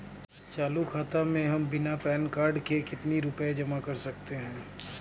चालू खाता में हम बिना पैन कार्ड के कितनी रूपए जमा कर सकते हैं?